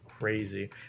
Crazy